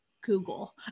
Google